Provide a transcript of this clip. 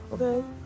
Okay